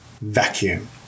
vacuum